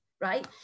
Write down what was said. right